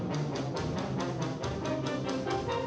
well